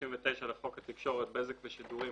ו-59 לחוק התקשורת (בזק ושידורים),